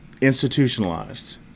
institutionalized